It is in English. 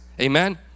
Amen